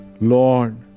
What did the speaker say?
Lord